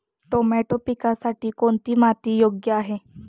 Tomato पिकासाठी कोणती माती योग्य आहे?